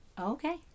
Okay